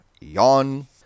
Yawn